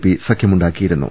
P സഖ്യമുണ്ടാക്കിയിരുന്നു